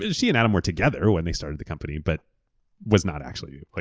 ah she and adam were together when they started the company but was not actually. ah